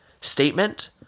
statement